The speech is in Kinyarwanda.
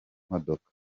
imodoka